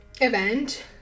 event